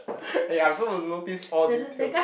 eh I was the one who notice all details